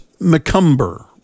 McCumber